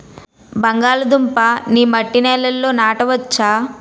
బంగాళదుంప నీ మట్టి నేలల్లో నాట వచ్చా?